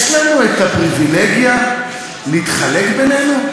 יש לנו פריבילגיה להתחלק בינינו?